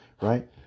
right